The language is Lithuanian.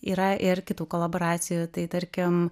yra ir kitų kolaboracijų tai tarkim